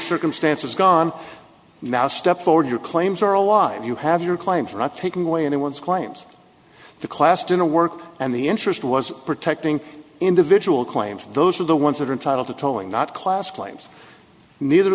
circumstances gone now step forward your claims are alive you have your claim for not taking away anyone's claims the class denah work and the interest was protecting individual claims those are the ones that are entitled to tolling not class claims neither